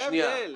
זה ההבדל.